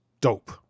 dope